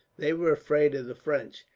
they were afraid of the french,